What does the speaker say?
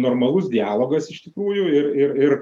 normalus dialogas iš tikrųjų ir ir ir